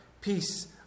peace